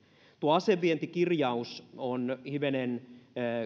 asevientikirjaus on hivenen